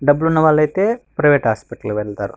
డబ్బులు ఉన్న వాళ్ళు అయితే ప్రైవేట్ హాస్పిటల్ వెళ్తారు